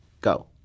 go